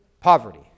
poverty